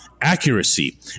accuracy